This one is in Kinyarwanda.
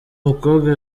mukobwa